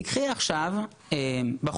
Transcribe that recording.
תיקחי עכשיו נער